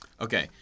Okay